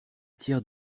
tiers